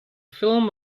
film